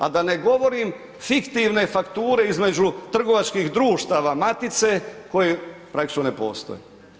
A da ne govorim fiktivne fakture između trgovačkih društava matice koji praktički ne postoje.